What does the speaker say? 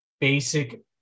basic